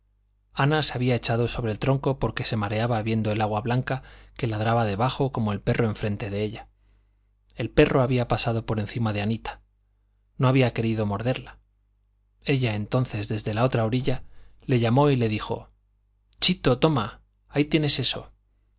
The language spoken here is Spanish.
ana se había echado sobre el tronco porque se mareaba viendo el agua blanca que ladraba debajo como el perro enfrente de ella el perro había pasado por encima de anita no había querido morderla ella entonces desde la otra orilla le llamó y le dijo chito toma ahí tienes eso